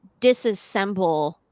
disassemble